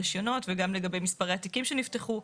מספרי הרישיונות וגם לגבי מספרי התיקים שנפתחו.